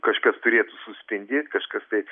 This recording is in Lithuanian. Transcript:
kažkas turėtų suspindėt kažkas tai